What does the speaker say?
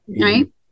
Right